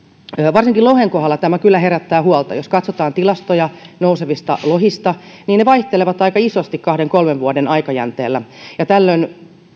varsinkin lohen kohdalla tämä kyllä herättää huolta jos katsotaan tilastoja nousevista lohista niin ne vaihtelevat aika isosti kahden kolmen vuoden aikajänteellä tällöin